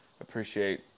appreciate